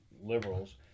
liberals